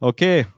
Okay